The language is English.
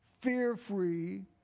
fear-free